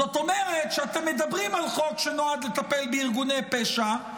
זאת אומרת אתם מדברים על חוק שנועד לטפל בארגוני פשע,